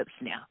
now